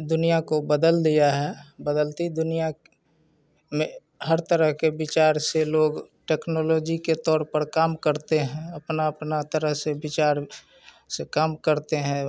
दुनिया को बदल दिया है बदलती दुनिया में हर तरह के विचार से लोग टेक्नोलॉजी के तौर पर काम करते हैं अपनी अपनी तरह से विचार से काम करते हैं